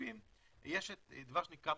שנקרא מרכבה.